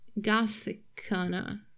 gothicana